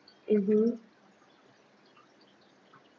mmhmm